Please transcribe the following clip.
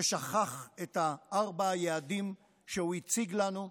ששכח את ארבעת היעדים שהוא הציג לנו,